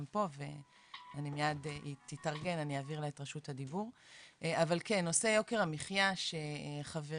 אני לא חושב שנושא הסטרימינג או שידורי